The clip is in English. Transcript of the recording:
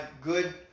good